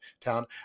town